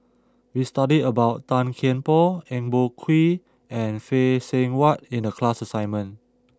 We study about Tan Kian Por Eng Boh Kee and Phay Seng Whatt in the class assignment